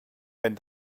wenn